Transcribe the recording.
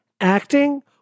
acting